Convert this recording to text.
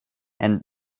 and